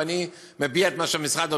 ואני מביע את מה שהמשרד אומר.